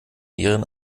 ihren